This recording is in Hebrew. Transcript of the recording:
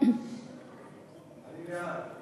אני בעד.